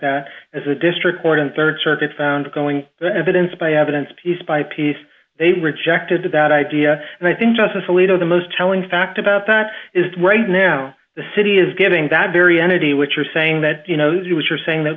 that as a district court and rd circuit found going to evidence by evidence piece by piece they rejected that idea and i think justice alito the most telling fact about that is right now the city is giving that very energy which are saying that you know do what you're saying that